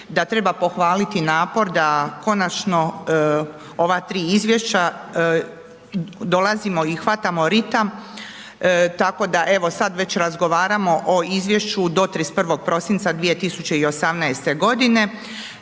da treba pohvaliti napor da konačno ova tri izvješća dolazimo i hvatamo ritam tako da evo sad već razgovaramo o izvješću do 31. prosinca 2018. godine